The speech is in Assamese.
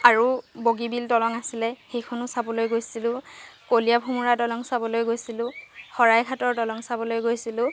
আৰু বগীবিল দলং আছিলে সেইখনো চাবলৈ গৈছিলো কলিয়াভোমোৰা দলং চাবলৈ গৈছিলো শৰাইঘাটৰ দলং চাবলৈ গৈছিলো